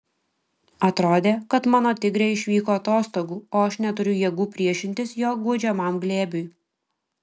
atrodė kad mano tigrė išvyko atostogų o aš neturiu jėgų priešintis jo guodžiamam glėbiui